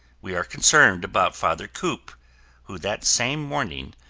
we are concerned about father kopp who that same morning,